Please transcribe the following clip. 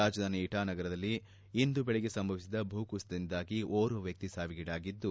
ರಾಜಧಾನಿ ಇಟನಗರದಲ್ಲಿ ಇಂದು ಬೆಳಿಗ್ಗೆ ಸಂಭವಿಸಿದ ಭೂಕುಸಿತದಿಂದಾಗಿ ಓರ್ವ ವ್ಯಕ್ತಿ ಸಾವಿಗೀಡಾಗಿದ್ದು